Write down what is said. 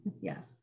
Yes